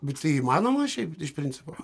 bet įmanoma šiaip iš principo